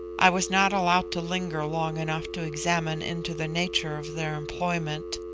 i was not allowed to linger long enough to examine into the nature of their employment.